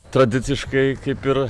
tradiciškai kaip ir